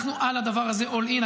אנחנו על הדבר הזה all in.